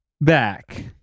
back